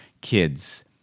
kids